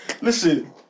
Listen